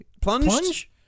plunged